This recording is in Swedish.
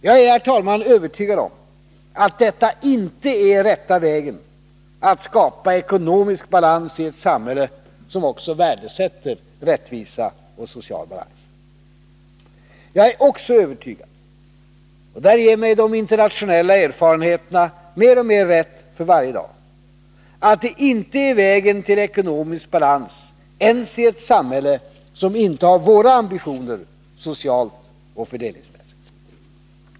Jag är, herr talman, övertygad om att detta inte är den rätta vägen att skapa ekonomisk balans i ett samhälle som också värdesätter rättvisa och social balans. Jag är också övertygad om, och där ger mig de internationella erfarenheterna mer och mer rätt för varje dag, att det inte är vägen till ekohomisk balans ens i ett samhälle som inte har våra ambitioner socialt och fördelningsmässigt.